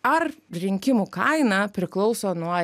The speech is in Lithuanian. ar rinkimų kaina priklauso nuo